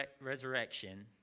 resurrection